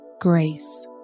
grace